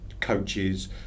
coaches